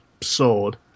sword